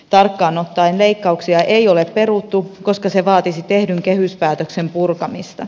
tarkkaan ottaen leikkauksia ei ole peruttu koska se vaatisi tehdyn kehyspäätöksen purkamista